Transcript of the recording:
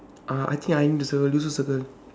uh I think I need to circle you also circle